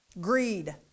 Greed